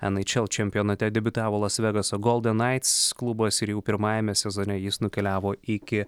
en eič el čempionate debiutavo las vegaso goldenaits klubas ir jau pirmajame sezone jis nukeliavo iki